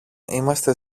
είμαστε